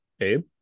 Abe